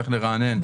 צריך לרענן,